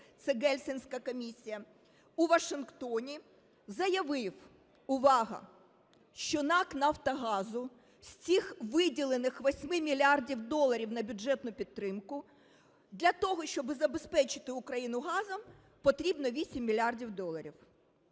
(це Гельсінська комісія) у Вашингтоні заявив – увага! – що НАК "Нафтогазу" з цих виділених 8 мільярдів доларів на бюджетну підтримку для того, щоб забезпечити Україну газом, потрібно 8 мільярдів доларів